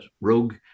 Rogue